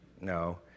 no